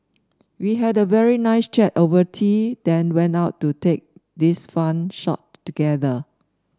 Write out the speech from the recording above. we had a very nice chat over tea then went out to take this fun shot together